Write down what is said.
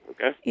Okay